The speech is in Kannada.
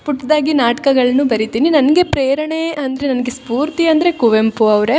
ಪುಟ್ದಾಗಿ ನಾಟಕಗಳ್ನು ಬರಿತಿನಿ ನನಗೆ ಪ್ರೇರಣೆ ಅಂದರೆ ನನಗೆ ಸ್ಫೂರ್ತಿ ಅಂದರೆ ಕುವೆಂಪು ಅವರೇ